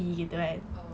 oh